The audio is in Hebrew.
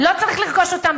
לא צריך לקנות אותם,